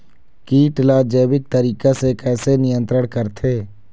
कीट ला जैविक तरीका से कैसे नियंत्रण करथे?